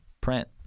print